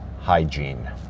hygiene